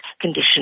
condition